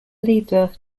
leader